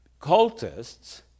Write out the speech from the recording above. cultists